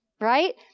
Right